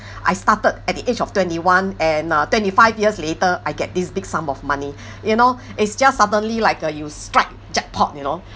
I started at the age of twenty one and uh twenty five years later I get these big sum of money you know it's just suddenly like uh you strike jackpot you know